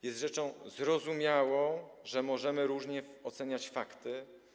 Jest rzeczą zrozumiałą, że możemy różnie oceniać fakty.